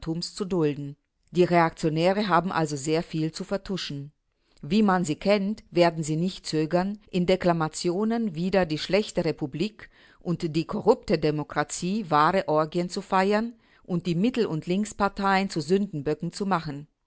zu dulden die reaktionäre haben also sehr viel zu vertuschen wie man sie kennt werden sie nicht zögern in deklamationen wider die schlechte republik und die korrupte demokratie wahre orgien zu feiern und die mittel und linksparteien zu sündenböcken zu machen